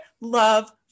love